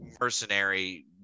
mercenary